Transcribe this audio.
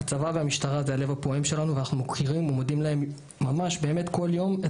הצבא והמשטרה זה הלב הפועם שלנו ואנחנו מוקירים ומודים להם כל יום על